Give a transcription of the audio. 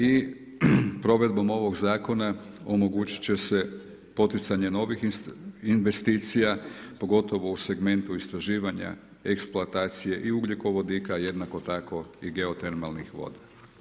I provedbom ovoga zakona omogućit će se poticanje novih investicija, pogotovo u segmentu istraživanja eksploatacija i ugljikovodika, a jednako tako i geotermalnih voda.